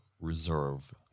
reserve